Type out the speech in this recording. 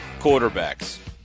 quarterbacks